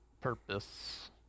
Purpose